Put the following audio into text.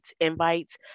invites